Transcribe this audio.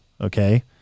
okay